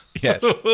Yes